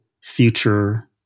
future